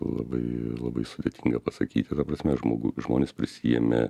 labai labai sudėtinga pasakyti ta prasme žmogu žmonės prisiėmė